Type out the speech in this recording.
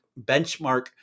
benchmark